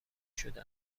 شده